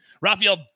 Rafael